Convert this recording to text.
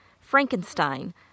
Frankenstein